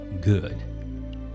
good